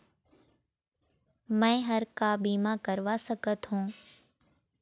मैं हर का बीमा करवा सकत हो?